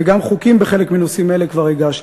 וגם חוקים בחלק מנושאים אלה כבר הגשתי.